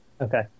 okay